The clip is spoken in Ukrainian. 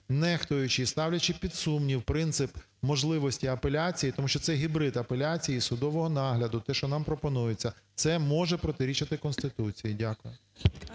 нехтуючи і ставлячи під сумнів принцип можливості апеляції, тому що це гібрид апеляції і судового нагляду те, що нам пропонується, це може протирічити Конституції. Дякую.